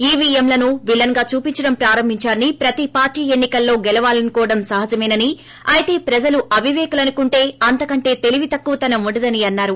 ఈవీఎంలను విలన్గా చూపించడం ప్రారంభిందారని ప్రతి పార్లీ ఎన్ని కల్లో గెలవాలనుకోవడం సహజమేనని అయితే ప్రజలు అవిపేకులనుకుంటే అంతకంటే తెలివితక్కువతనం ఉండదని అన్నారు